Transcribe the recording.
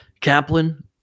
Kaplan